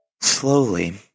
Slowly